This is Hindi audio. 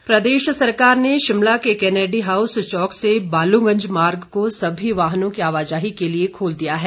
मार्ग बहाल प्रदेश सरकार ने शिमला के कनेडी हाउस चौक से बालूगंज मार्ग को सभी वाहनों की आवाजाही के लिए खोल दिया है